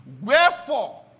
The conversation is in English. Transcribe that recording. Wherefore